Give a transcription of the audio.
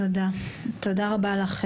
תודה רבה לך,